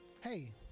hey